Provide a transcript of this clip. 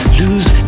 lose